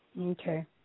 Okay